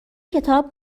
کتاب